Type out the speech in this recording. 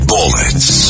Bullets